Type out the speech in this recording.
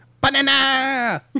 Banana